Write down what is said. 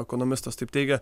ekonomistas taip teigia